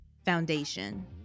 foundation